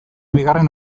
bigarren